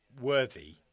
worthy